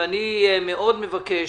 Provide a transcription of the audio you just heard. ואני מאוד מבקש